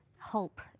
hope